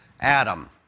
Adam